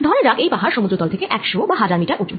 ধরা যাক এই পাহাড় সমুদ্র তল থেকে 100 বা 1000 মিটার উঁচু